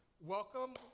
welcome